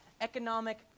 economic